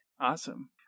Awesome